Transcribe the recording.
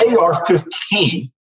AR-15